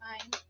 fine